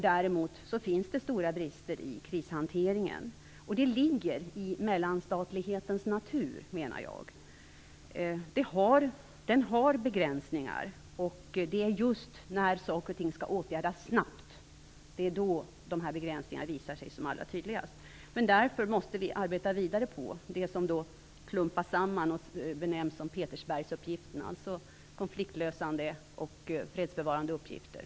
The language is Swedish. Däremot finns det stora brister i krishanteringen, vilket ligger i mellanstatlighetens natur. Den har begränsningar, och det är just när saker och ting skall åtgärdas snabbt som begränsningarna visar sig allra tydligast. Därför måste vi arbeta vidare med det som klumpas samman under benämningen Petersbergsuppgiften, dvs. konfliktlösande och fredsbevarande uppgifter.